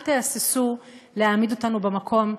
אל תהססו להעמיד אותנו במקום,